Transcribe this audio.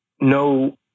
no